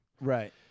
Right